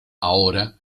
ahora